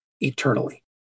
eternally